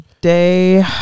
day